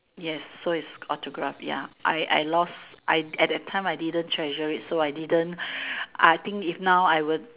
yes so is autograph ya I I lost I at that time I didn't treasure it so I didn't I think if now I would